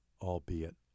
albeit